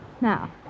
Now